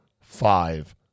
Five